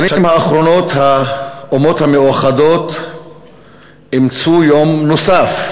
בשנים האחרונות האומות המאוחדות אימצו יום נוסף,